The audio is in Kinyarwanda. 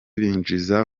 binjiza